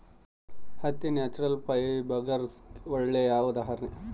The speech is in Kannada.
ಹತ್ತಿ ನ್ಯಾಚುರಲ್ ಫೈಬರ್ಸ್ಗೆಗೆ ಒಳ್ಳೆ ಉದಾಹರಣೆ